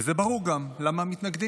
וזה גם ברור למה מתנגדים,